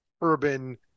urban